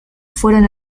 fueron